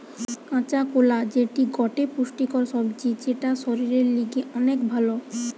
কাঁচা কোলা যেটি গটে পুষ্টিকর সবজি যেটা শরীরের লিগে অনেক ভাল